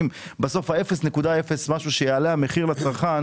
כשאתה מקזז את האפס נקודה אפס משהו שיעלה המחיר לצרכן